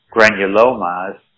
granulomas